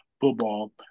football